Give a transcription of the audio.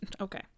Okay